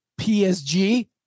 PSG